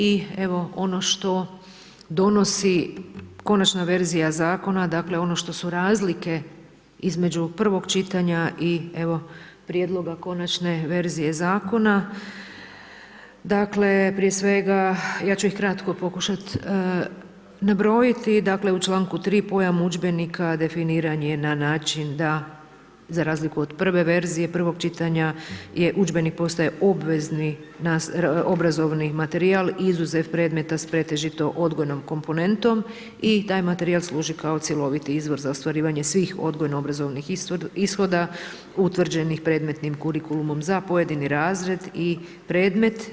I evo, ono što donosi konačna verzija zakona, dakle, ono što su razlike između prvog čitanja i evo, prijedloga konačne verzije zakona, dakle, prije svega, ja ću ih kratko pokušati nabrojiti, dakle u čl. 3. pojam udžbenika definiran je na način, da za razliku od prve verzije, prvog čitanja, udžbenik postaje obvezni obrazovni materijal i izazov predmeta s pretežito odbojnom komponentnom i taj materijal služi kao cjeloviti izbor za ostvarivanje svih odgojno obrazovnih ishoda, utvrđenim predmetnim kurikulumom, za pojedini razred i predmet.